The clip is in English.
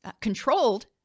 controlled